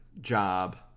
job